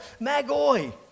Magoi